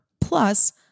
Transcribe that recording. Plus